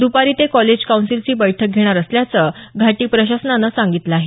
द्पारी ते कॉलेज कौन्सिलची बैठक घेणार असल्याचं घाटी प्रशासनानं सांगितलं आहे